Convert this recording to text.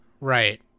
Right